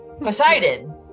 Poseidon